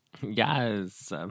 Yes